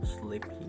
sleepy